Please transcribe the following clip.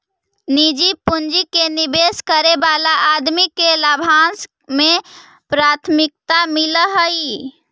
निजी पूंजी के निवेश करे वाला आदमी के लाभांश में प्राथमिकता मिलऽ हई